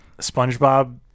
Spongebob